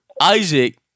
Isaac